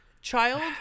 child